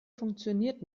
funktioniert